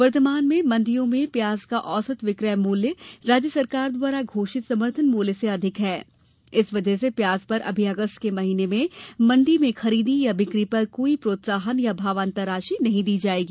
वर्तमान में मंडियों में प्याज का औसत विक्रय मूल्य राज्य सरकार द्वारा घोषित समर्थन मूल्य से अधिक है इस वजह से प्याज पर अभी अगस्त के महीने में मंडी में खरीदी या बिक्री पर कोई प्रोत्साहन या भावान्तर राशि नहीं दी जायेगी